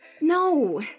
No